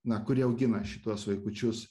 na kurie augina šituos vaikučius